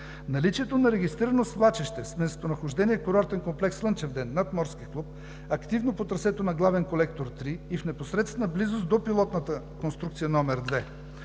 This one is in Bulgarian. Наличието на регистрирано свлачище с местонахождение курортен комплекс „Слънчев ден“ над Морски клуб, активно по трасето на Главен колектор 3 и в непосредствена близост до пилотната конструкция № 2